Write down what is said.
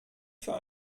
für